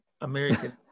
American